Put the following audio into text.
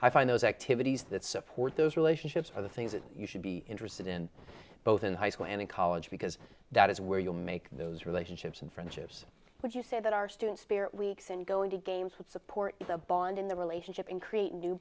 i find those activities that support those relationships are the things that you should be interested in both in high school and in college because that is where you make those relationships and friendships but you say that our student spirit weeks and going to games will support the bond in the relationship and create new